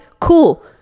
cool